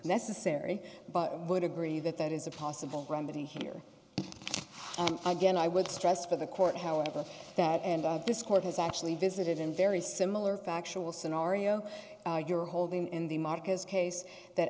necessary but i would agree that that is a possible remedy here and again i would stress for the court however that and this court has actually visited in very similar factual scenario you're holding in the marcus case that